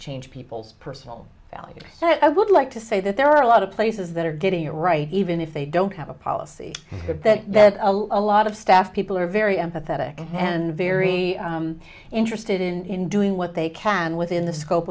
change people's personal values so i would like to say that there are a lot of places that are getting it right even if they don't have a policy that a lot of staff people are very empathetic and very interested in doing what they can within the scope